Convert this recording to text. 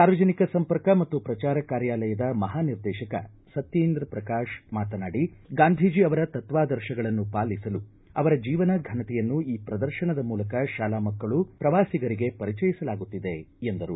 ಸಾರ್ವಜನಿಕ ಸಂಪರ್ಕ ಮತ್ತು ಪ್ರಚಾರ ಕಾರ್ಯಾಲಯದ ಮಹಾನಿರ್ದೇಶಕ ಸತ್ತೇಂದ್ರ ಪ್ರಕಾಶ್ ಮಾತನಾಡಿ ಗಾಂಧೀಜಿ ಅವರ ತತ್ವಾದರ್ಶಗಳನ್ನು ಪಾಲಿಸಲು ಅವರ ಜೀವನ ಫನತೆಯನ್ನು ಈ ಪ್ರದರ್ಶನದ ಮೂಲಕ ಶಾಲಾ ಮಕ್ಕಳು ಪ್ರವಾಸಿಗರಿಗೆ ಪರಿಚಯಿಸಲಾಗುತ್ತಿದೆ ಎಂದರು